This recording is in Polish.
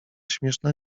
śmieszna